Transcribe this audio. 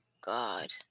God